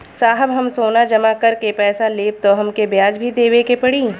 साहब हम सोना जमा करके पैसा लेब त हमके ब्याज भी देवे के पड़ी?